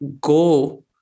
go